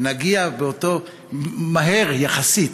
נגיע מהר יחסית